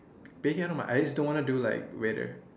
baking I don't mind I just don't want to do like waiter